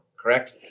correct